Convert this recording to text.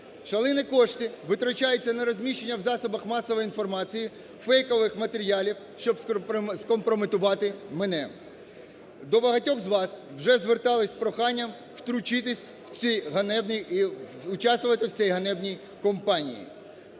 Шалені кошти витрачаються на розміщення в засобах масової інформації фейкових матеріалів, щоб скомпрометувати мене. До багатьох з вас вже звертались з проханням втрутитись в ці ганебні і участвувати в цій ганебній кампанії.